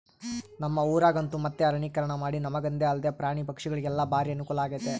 ನಮ್ಮ ಊರಗಂತೂ ಮತ್ತೆ ಅರಣ್ಯೀಕರಣಮಾಡಿ ನಮಗಂದೆ ಅಲ್ದೆ ಪ್ರಾಣಿ ಪಕ್ಷಿಗುಳಿಗೆಲ್ಲ ಬಾರಿ ಅನುಕೂಲಾಗೆತೆ